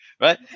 right